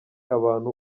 abantu